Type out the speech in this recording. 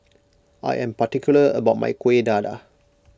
I am particular about my Kueh Dadar